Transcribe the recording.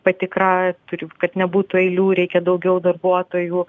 patikra turi kad nebūtų eilių reikia daugiau darbuotojų